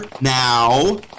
now